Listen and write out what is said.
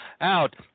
Out